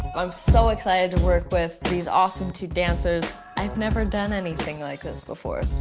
i'm so excited to work with these awesome two dancers. i've never done anything like this before.